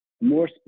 more